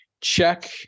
check